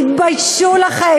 תתביישו לכם.